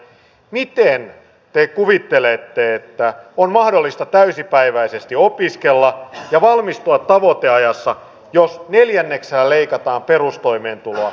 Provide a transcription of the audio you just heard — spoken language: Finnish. miten te kuvittelette että on mahdollista täysipäiväisesti opiskella ja valmistua tavoiteajassa jos neljänneksellä leikataan perustoimeentuloa